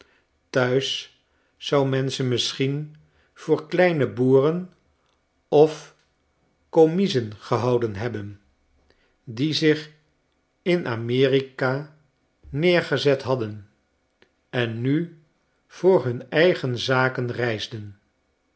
thuis zou men ze misschien voor kleine boeren of kommiezengehouden hebben die zich in amerikaneergezet hadden en nu voor hun eigen zaken reisden